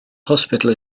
hospital